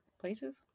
places